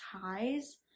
ties